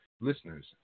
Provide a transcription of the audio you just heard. listeners